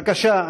בבקשה.